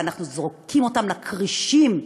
ואנחנו זורקים אותם לכרישים,